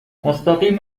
مستقیم